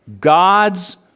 God's